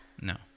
no